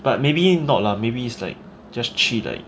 but maybe not lah maybe is like just chill like